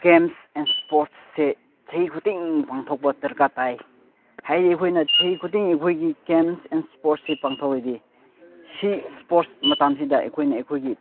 games and ꯏꯁꯄꯣꯔꯠꯁꯁꯦ ꯆꯍꯤ ꯈꯨꯗꯤꯡꯒꯤ ꯄꯥꯡꯊꯣꯛꯄ ꯗꯔꯀꯥꯔ ꯇꯥꯏ ꯍꯥꯏꯗꯤ ꯑꯩꯈꯣꯏꯅ ꯆꯍꯤ ꯈꯨꯗꯤꯡꯒꯤ ꯑꯩꯈꯣꯏꯒꯤ ꯒꯦꯝꯁ ꯑꯦꯟ ꯏꯁꯄꯣꯔꯠꯁꯁꯦ ꯄꯥꯡꯊꯣꯛꯂꯗꯤ ꯁꯤ ꯏꯁꯄꯣꯔꯠꯁ ꯃꯇꯝꯁꯤꯗ ꯑꯩꯈꯣꯏꯅ ꯑꯩꯈꯣꯏꯒꯤ